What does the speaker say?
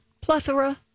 plethora